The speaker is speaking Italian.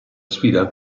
sfida